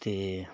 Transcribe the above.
ਅਤੇ